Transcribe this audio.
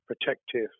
protective